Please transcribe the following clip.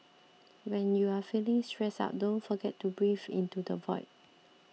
when you are feeling stressed out don't forget to breathe into the void